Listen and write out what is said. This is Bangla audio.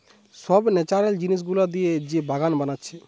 সব ন্যাচারাল জিনিস গুলা দিয়ে যে বাগান বানাচ্ছে